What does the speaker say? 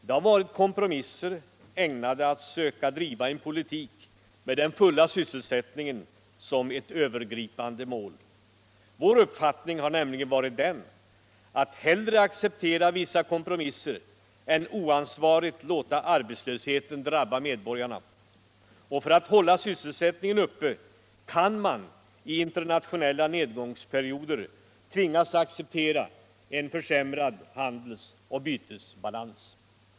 Det har varit kompromisser för att söka driva en politik med den fulla sysselsättningen som ett övergripande mål. Vår uppfattning har nämligen varit den att hellre acceptera vissa kompromisser än oansvarigt låta arbetslösheten drabba medborgarna. För att hålla sysselsättningen uppe kan man i internationella nedgångsperioder tvingas acceptera en försämrad handelsoch bytesbalans.